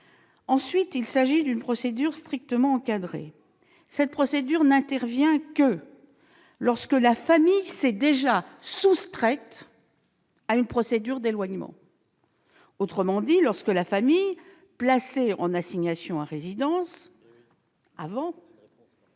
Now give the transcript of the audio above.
Ensuite, il s'agit d'une procédure strictement encadrée. Elle intervient lorsque la famille s'est déjà soustraite à une procédure d'éloignement, autrement dit, lorsque la famille, placée en assignation à résidence, a